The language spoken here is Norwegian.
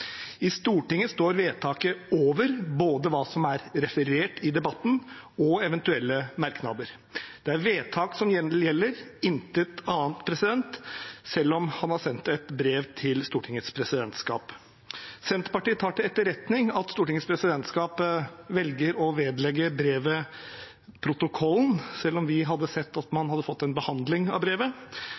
I Stortinget står vedtaket over både hva som er referert i debatten og eventuelle merknader. Det er vedtak som gjelder – intet annet – selv om han har sendt et brev til Stortingets presidentskap. Senterpartiet tar til etterretning at Stortingets presidentskap velger å vedlegge brevet protokollen, selv om vi hadde sett at man hadde fått en behandling av brevet.